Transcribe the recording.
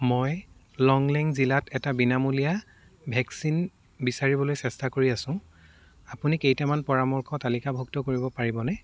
মই লংলেং জিলাত এটা বিনামূলীয়া ভেকচিন বিচাৰিবলৈ চেষ্টা কৰি আছো আপুনি কেইটামান পৰামৰ্শ তালিকাভুক্ত কৰিব পাৰিবনে